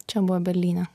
čia buvo berlyne